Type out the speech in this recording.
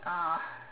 uh